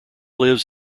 lives